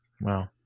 Wow